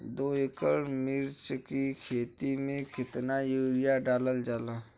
दो एकड़ मिर्च की खेती में कितना यूरिया डालल जाला?